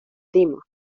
dimos